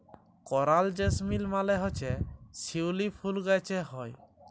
করাল জেসমিল মালে হছে শিউলি ফুল গাহাছে হ্যয়